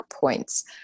points